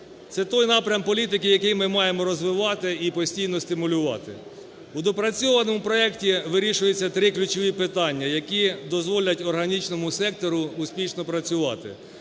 Це той напрям політики, який ми маємо розвивати і постійно стимулювати. У доопрацьованому проекті вирішується три ключові питання, які дозволять органічному сектору успішно працювати.